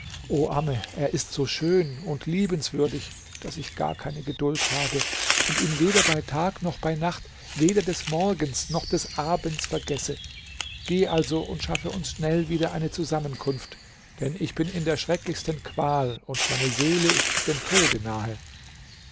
amme er ist so schön und liebenswürdig daß ich gar keine geduld habe und ihn weder bei tag noch bei nacht weder des morgens noch des abends vergesse geh also und schaffe uns schnell wieder eine zusammenkunft denn ich bin in der schrecklichsten qual und meine seele ist dem tode nahe